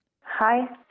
Hi